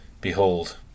behold